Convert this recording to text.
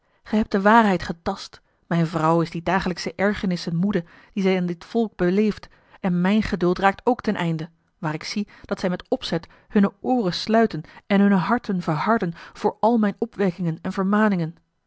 gij hebt de waarheid getast mijne vrouw is de dagelijksche ergernissen moede die zij aan dit volk beleeft en mijn geduld raakt ook aan het einde waar ik zie dat zij met opzet hunne ooren sluiten en hunne harten verharden voor al mijne opwekkingen en vermaningen